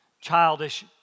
childish